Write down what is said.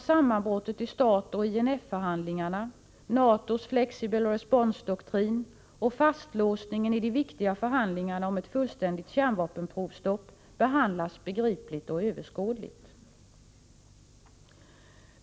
Sammanbrottet i START och INF-förhandlingarna, NATO:s flexible response-doktrin och fastlåsningen i de viktiga förhandlingarna om ett fullständigt kärnvapenprovstopp behandlas begripligt och överskådligt.